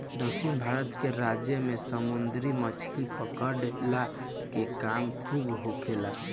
दक्षिण भारत के राज्य में समुंदरी मछली पकड़ला के काम खूब होखेला